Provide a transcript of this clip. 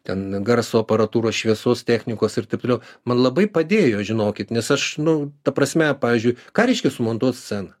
ten garso aparatūros šviesos technikos ir taip toliau man labai padėjo žinokit nes aš nu ta prasme pavyzdžiui ką reiškia sumontuot sceną